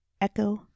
Echo